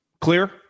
clear